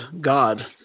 god